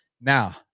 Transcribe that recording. Now